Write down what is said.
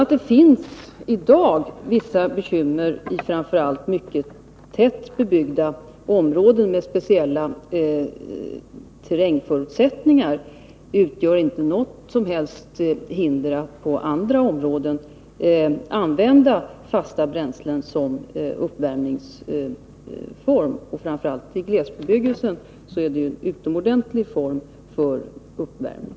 Att det sedan i dag finns vissa bekymmer i framför allt mycket tätt bebyggda områden med speciella terrängförhållanden utgör inte något som helst hinder för att man på andra områden använder fasta bränslen som uppvärmningsform. Framför allt i glesbebyggelsen är det ju en utomordentlig form för uppvärmning.